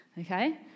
okay